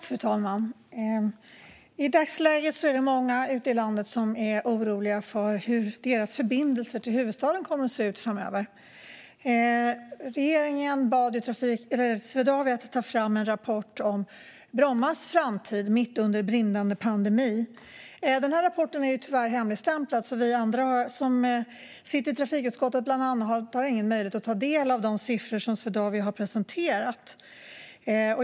Fru talman! I dagsläget är många ute i landet oroliga för hur deras förbindelser till huvudstaden kommer att se ut framöver. Regeringen har bett Swedavia att mitt under brinnande pandemi ta fram en rapport om Brommas framtid. Rapporten är tyvärr hemligstämplad, vilket gör att vi andra som bland annat sitter i trafikutskottet inte har någon möjlighet att ta del av de siffror som Swedavia har presenterat.